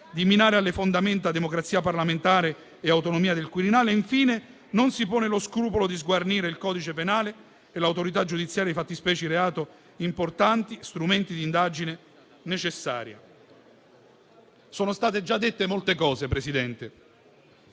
di minare alle fondamenta la democrazia parlamentare e l'autonomia del Quirinale, e infine non si pone lo scrupolo di sguarnire il codice penale e l'autorità giudiziaria di fattispecie di reato importanti e strumenti di indagine necessari. Sono state già dette molte cose, signor Presidente.